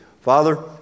Father